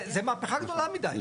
זו מהפיכה גדולה מידי.